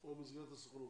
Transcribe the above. או במסגרת הסוכנות?